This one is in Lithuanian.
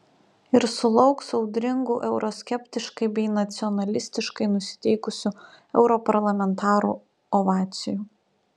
ir sulauks audringų euroskeptiškai bei nacionalistiškai nusiteikusių europarlamentarų ovacijų